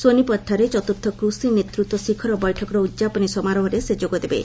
ସୋନିପତ୍ଠାରେ ଚତୁର୍ଥ କୃଷି ନେତୃତ୍ୱ ଶିଖର ବୈଠକର ଉଦ୍ଯାପନୀ ସମାରୋହରେ ସେ ଯୋଗ ଦେବେ